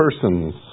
persons